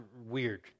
weird